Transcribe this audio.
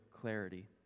clarity